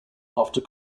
after